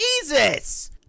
Jesus